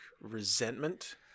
resentment